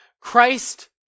Christ